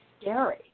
scary